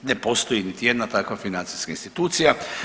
Ne postoji niti jedna takva financijska institucija.